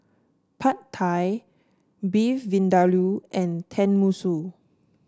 Pad Thai Beef Vindaloo and Tenmusu